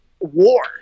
war